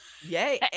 Yay